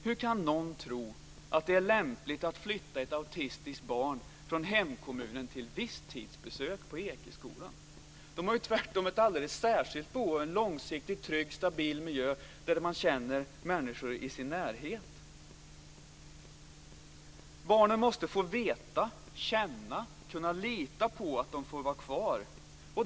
Hur kan någon tro att det är lämpligt att flytta ett autistiskt barn från hemkommunen till visstidsbesök på Ekeskolan? De har ju tvärtom ett alldeles särskilt behov av en långsiktigt trygg och stabil miljö där man känner människorna i sin närhet. Barnen måste få veta, känna och kunna lita på att de får vara kvar.